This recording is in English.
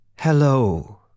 Hello